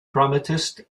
dramatist